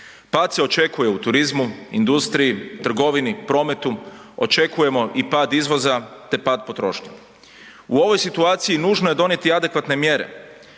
pad se očekuje u turizmu, industriji, trgovini, prometu, očekujemo i pad izvoza te pad potrošnje. U ovoj situaciji nužno je donijeti adekvatne mjere